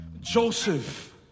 Joseph